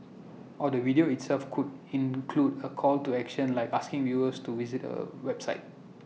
or the video itself could include A call to action like asking viewers to visit A website